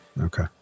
Okay